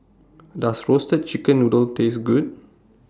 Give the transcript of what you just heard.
Does Roasted Chicken Noodle Taste Good